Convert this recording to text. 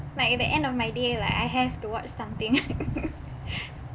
like at the end of my day like I have to watch something